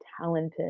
talented